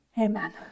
Amen